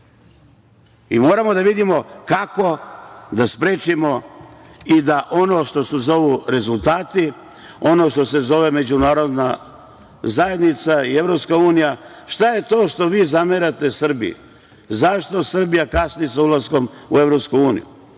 i moramo da vidimo kako da sprečimo i da ono što se zovu rezultati, ono što se zove Međunarodna zajednica i Evropska unija, šta je to što vi zamerate Srbiji, zašto Srbija kasni sa ulaskom u Evropsku uniju?